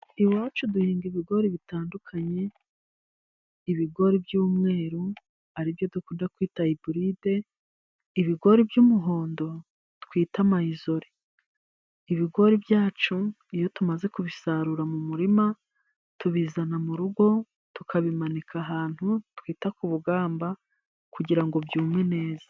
Iwacu duhinga ibigori bitandukanye: ibigori by'umweru aribyo dukunda kwita iburide, ibigori by'umuhondo twita mayizori. Ibigori byacu iyo tumaze kubisarura mu murima, tubizana mu rugo tukabimanika ahantu twita ku bugamba kugira ngo byume neza.